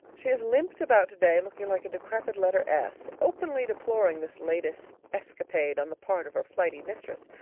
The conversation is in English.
she has limped about today, looking like a decrepit letter s, openly deploring this latest escapade on the part of her flighty mistress,